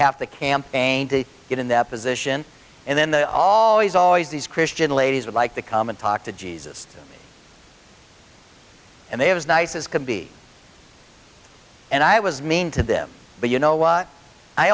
have to campaign to get in that position and then the all these always these christian ladies would like to come and talk to jesus and they have as nice as can be and i was mean to them but you know what i